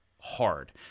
hard